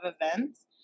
events